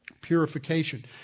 Purification